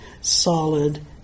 solid